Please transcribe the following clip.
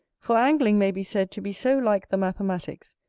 for angling may be said to be so like the mathematicks,